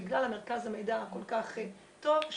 בגלל מרכז המידע הכול כך טוב,